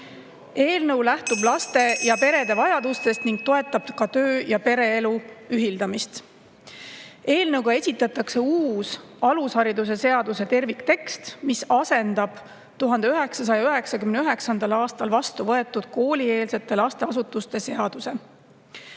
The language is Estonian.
Eelnõu lähtub laste ja perede vajadustest ning toetab ka töö‑ ja pereelu ühildamist. Eelnõuga esitatakse uus alusharidusseaduse terviktekst, mis asendab 1999. aastal vastu võetud koolieelse lasteasutuse seaduse. Eestis